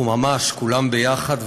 אנחנו ממש כולנו יחד,